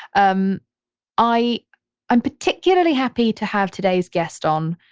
um i am particularly happy to have today's guest on,